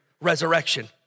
resurrection